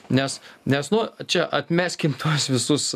nes nes nu čia atmeskim tuos visus